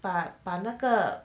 把把那个